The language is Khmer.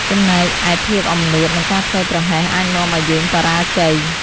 ចំណែកឯភាពអំនួតនិងការធ្វេសប្រហែស អាចនាំឱ្យយើងបរាជ័យ។